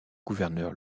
gouverneur